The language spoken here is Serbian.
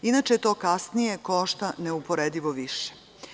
Inače to kasnije košta neuporedivo više.